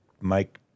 mike